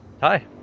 hi